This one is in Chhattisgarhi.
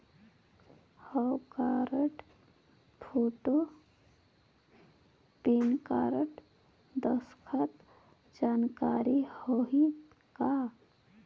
हव कारड, फोटो, पेन कारड, दस्खत जरूरी होही का?